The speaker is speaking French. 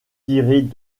tirés